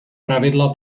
pravidla